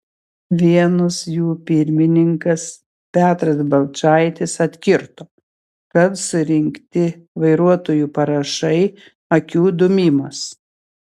vienos jų pirmininkas petras balčaitis atkirto kad surinkti vairuotojų parašai akių dūmimas